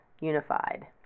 unified